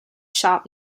sharp